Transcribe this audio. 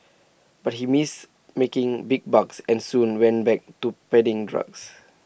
but he missed making big bucks and soon went back to peddling drugs